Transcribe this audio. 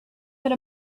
that